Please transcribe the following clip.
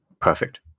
Perfect